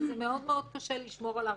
וזה מאוד-מאוד קשה לשמור על הערכים,